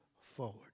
forward